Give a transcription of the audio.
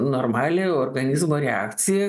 normalią organizmo reakciją